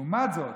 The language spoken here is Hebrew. לעומת זאת,